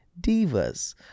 divas